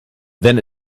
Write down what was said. then